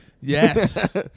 Yes